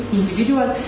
individual